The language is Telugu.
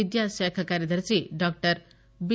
విద్యాశాఖ కార్యదర్శి డాక్టర్ బి